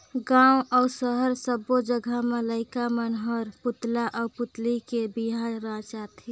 गांव अउ सहर सब्बो जघा में लईका मन हर पुतला आउ पुतली के बिहा रचाथे